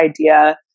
idea